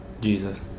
Jesus